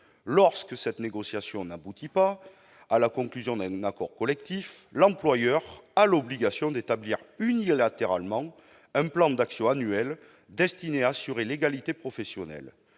Lorsque cette négociation n'aboutit pas à la conclusion d'un accord collectif, l'employeur a l'obligation d'établir unilatéralement un plan d'action annuel, destiné à assurer l'égalité professionnelle.